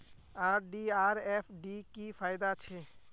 RD आर FD की फ़ायदा छे?